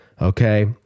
okay